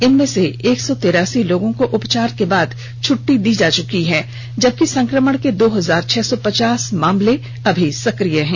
इनमें से एक सौ तिरासी लोगों को उपचार के बाद छुट्टी दी जा चुकी है जबकि संक्रमण के दो हजार छह सौ पचास मामले अभी सक्रिय हैं